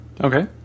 Okay